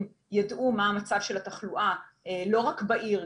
ידעו מה המצב של התחלואה לא רק בעיר,